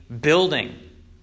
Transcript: building